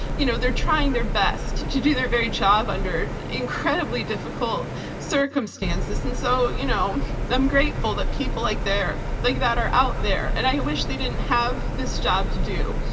you know they're trying their best to do their very job under incredibly difficult circumstances. and so you know i'm grateful that people like like that are out there. and i wish they didn't have this job to do.